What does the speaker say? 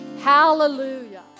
Hallelujah